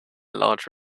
large